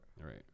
Right